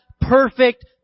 perfect